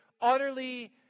utterly